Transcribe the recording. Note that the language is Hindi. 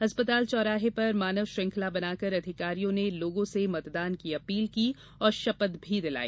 अस्पताल चौराहे पर मानव श्रंखला बनाकर अधिकारियों ने लोगों से मतदान की अपील की और शपथ भी दिलाई